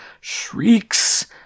shrieks